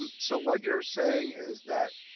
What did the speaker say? um so what you're saying is that,